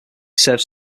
serves